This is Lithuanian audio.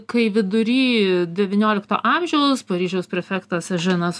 kai vidury devyniolikto amžiaus paryžiaus prefektas eženas